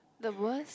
the worst